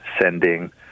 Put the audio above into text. sending